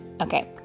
Okay